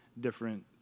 different